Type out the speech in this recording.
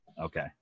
Okay